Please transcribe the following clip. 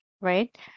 Right